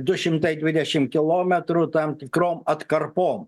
du šimtai dvidešimt kilometrų tam tikrom atkarpom